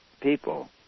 people